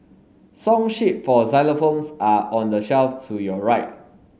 song sheet for xylophones are on the shelf to your right